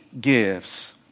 gives